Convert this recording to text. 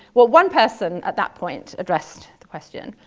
well one person, at that point addressed the question.